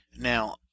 Now